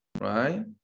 right